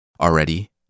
Already